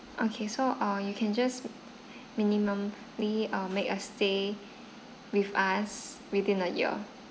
okay so uh you can just minimally uh make a stay with us within a year